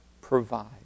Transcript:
provide